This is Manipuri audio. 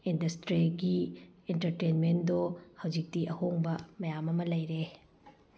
ꯏꯟꯗꯁꯇ꯭ꯔꯤꯒꯤ ꯑꯦꯟꯇꯔꯇꯦꯟꯃꯦꯟꯗꯣ ꯍꯧꯖꯤꯛꯇꯤ ꯑꯍꯣꯡꯕ ꯃꯌꯥꯝ ꯑꯃ ꯂꯩꯔꯦ